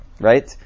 right